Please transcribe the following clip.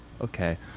Okay